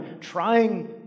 trying